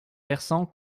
versant